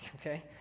okay